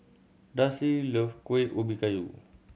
Darcy love Kueh Ubi Kayu